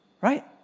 Right